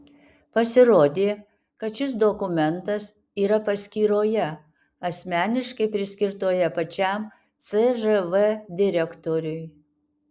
pasirodė kad šis dokumentas yra paskyroje asmeniškai priskirtoje pačiam cžv direktoriui